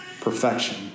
perfection